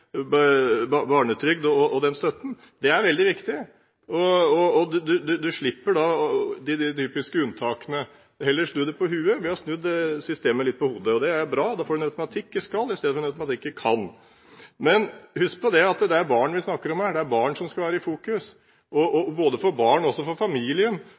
tilbake barnetrygd og den støtten. Det er veldig viktig. Man slipper da de typiske unntakene. Vi kan heller snu det på hodet – vi har snudd systemet litt på hodet. Det er bra, da får man en automatikk i «skal» istedenfor en automatikk i «kan». Men husk på at det er barn vi snakker om her. Det er barn som skal være i fokus. For barn, og også for familien,